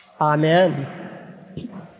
Amen